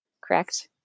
correct